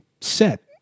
set